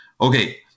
Okay